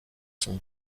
sont